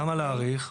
למה להאריך?